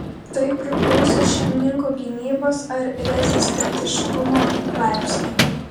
tai priklauso šeimininko gynybos ar rezistentiškumo laipsnio